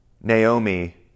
Naomi